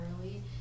early